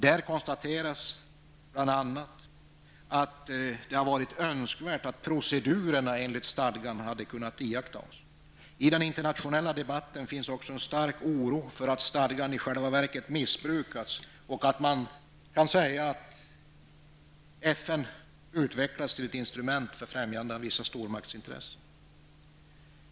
Där konstateras bl.a. att det hade varit önskvärt att proceduren enligt stadgan hade kunnat iakttas. I den internationella debatten finns också en stark oro för att stadgan i själva verket missbrukas och för att man skulle kunna säga att FN utvecklas till ett instrument för främjande av vissa stormaktsintressen.